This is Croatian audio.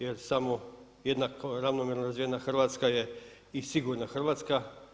Jer samo jednako, ravnomjerno razvijena Hrvatska je i sigurna Hrvatska.